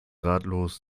ratlos